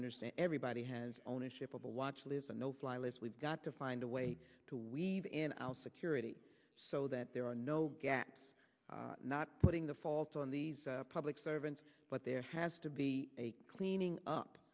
understand everybody has ownership of a watch lives a no fly list we've got to find a way to weave in and out security so that there are no gaps not putting the fault on these public servants but there has to be a cleaning up